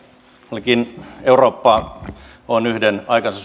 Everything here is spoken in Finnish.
ainakin euroopalla on edessään yksi aikansa